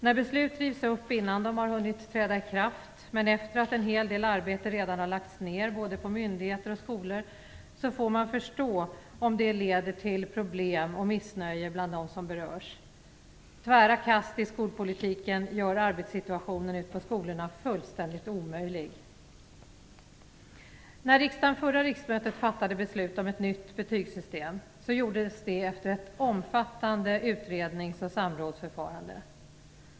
När beslut rivs upp innan de har hunnit träda i kraft, men efter att en hel del arbete redan har lagts ned både på myndigheter och skolor, får man förstå om det leder till problem och missnöje bland dem som berörs. Tvära kast i skolpolitiken gör arbetssituationen ute på skolorna fullständigt omöjlig. När riksdagen förra riksmötet fattade beslut om ett nytt betygssystem gjordes det efter ett omfattande utrednings och samrådsförfarande.